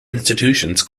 institutions